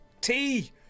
tea